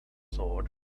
thought